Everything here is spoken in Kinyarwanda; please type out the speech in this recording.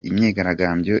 imyigaragambyo